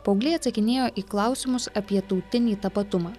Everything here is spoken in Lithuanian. paaugliai atsakinėjo į klausimus apie tautinį tapatumą